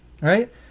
Right